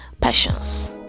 Passions